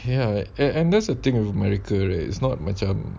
ya and and that's the thing with america it's not macam